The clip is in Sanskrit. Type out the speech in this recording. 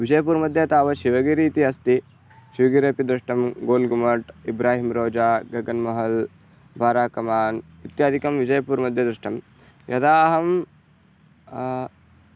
विजयपूर्मध्ये तावत् शिवगिरिः इति अस्ति शिवगिरिः अपि दृष्टः गोल्गुमट् इब्राहिमरोजा गगन्महल् बाराकमान् इत्यादिकं विजयपूर्मध्ये दृष्टं यदा अहं